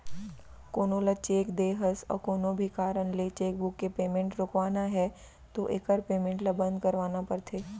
कोनो ल चेक दे हस अउ कोनो भी कारन ले चेकबूक के पेमेंट रोकवाना है तो एकर पेमेंट ल बंद करवाना परथे